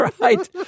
right